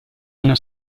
una